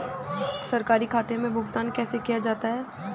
सरकारी खातों में भुगतान कैसे किया जाता है?